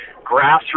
grassroots